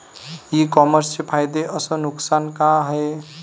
इ कामर्सचे फायदे अस नुकसान का हाये